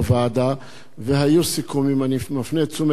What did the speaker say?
והיו סיכומים, אני מפנה את תשומת לבכם לפרוטוקול.